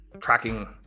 tracking